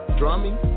drumming